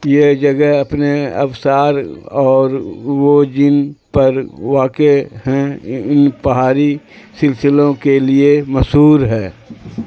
یہ جگہ اپنے آبشار اور وہ جن پر واقع ہیں ان پہاڑی سلسلوں کے لیے مشہور ہے